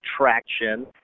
Traction